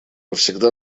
всегда